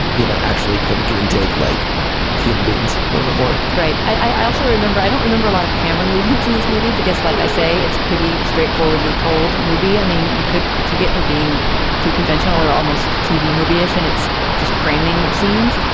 you know, actually kind of give and take like human beings a little bit more right. i i also remember i don't remember a lot of camera movements in this movie because like i say, it's a pretty straightforwardly told movie. i mean, you could critique it for being too conventional or almost a tv movie ish. and it's just framing of scenes.